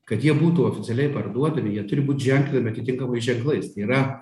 kad jie būtų oficialiai parduodami jie turi būt ženklinami atitinkamais ženklais tai yra